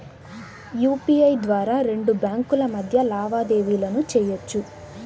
UPI ద్వారా రెండు బ్యేంకుల మధ్య లావాదేవీలను చెయ్యొచ్చు